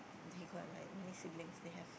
they got like nine siblings they have